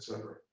cetera,